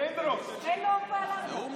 הוא מחליט.